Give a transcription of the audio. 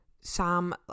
Sam